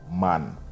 man